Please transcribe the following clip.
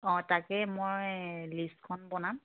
অঁ তাকে মই লিষ্টখন বনাম